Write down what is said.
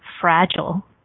fragile